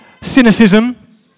cynicism